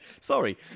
Sorry